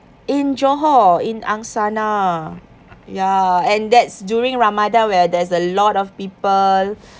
in johor in angsana ya and that's during ramadan where there's a lot of people